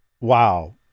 wow